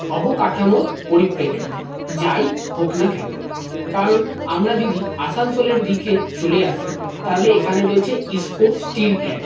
অবকাঠামোর পরিপ্রেক্ষিতে যাই হোক না কেনো কারণ আমরা যদি আসানসোলের দিকে চলে আসি তাহলে এখানে রয়েছে ইস্কো স্টিল প্ল্যান্ট